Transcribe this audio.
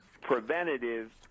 preventative